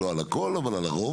לא על הכל, אבל על הרוב.